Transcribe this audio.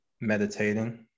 meditating